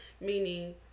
Meaning